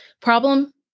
problem